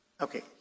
Okay